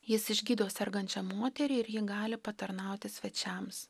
jis išgydo sergančią moterį ir ji gali patarnauti svečiams